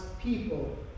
people